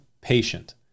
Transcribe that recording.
patient